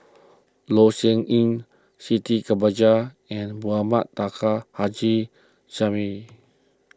Loh Sin Yun Siti Khalijah and Mohamed Taha Haji Jamil